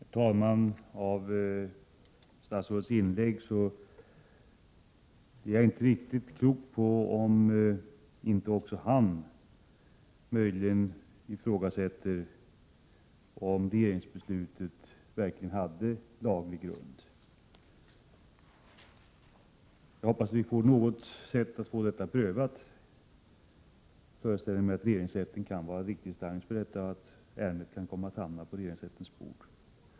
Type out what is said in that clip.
Herr talman! Med utgångspunkt i statsrådets inlägg blir jag inte riktigt klok på om inte också han möjligen ifrågasätter om regeringsbeslutet verkligen hade laglig grund. Jag hoppas att vi på något sätt skall få detta prövat. Jag föreställer mig att regeringsrätten kan vara en riktig instans och att ärendet kan komma att hamna på dess bord.